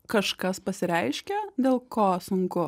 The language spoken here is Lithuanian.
kažkas pasireiškia dėl ko sunku